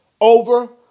over